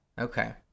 Okay